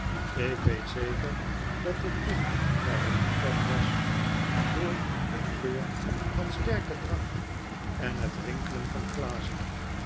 ik weet zeker dat het dicht bij het buffet was door den geur van sterken drank en het rinkelen van glazen